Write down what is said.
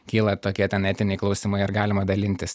kyla tokie ten etiniai klausimai ar galima dalintis